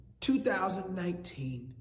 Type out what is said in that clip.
2019